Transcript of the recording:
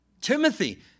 Timothy